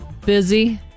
Busy